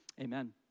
Amen